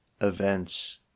events